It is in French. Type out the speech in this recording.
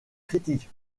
critique